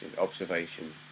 Observation